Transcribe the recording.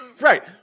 Right